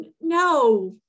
no